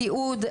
סיעוד,